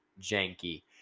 janky